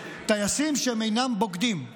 טייסים שהם אינם בוגדים,